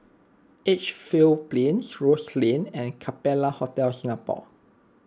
Edgefield Plains Rose Lane and Capella Hotel Singapore